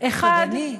אחד, פוגעני?